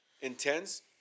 intense